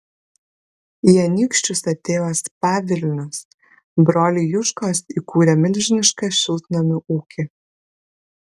į anykščius atėjo spa vilnius broliai juškos įkūrė milžinišką šiltnamių ūkį